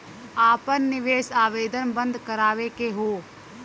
आपन निवेश आवेदन बन्द करावे के हौ?